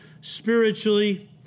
spiritually